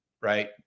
right